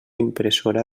impressora